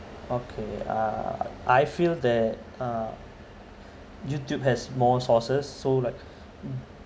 okay uh I feel that uh youtube has more sources so like